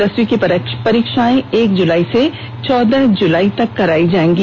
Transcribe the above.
दसवीं की परीक्षाएं एक जुलाई से चौदह जुलाई तक कराई जाएंगी